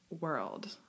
world